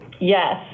Yes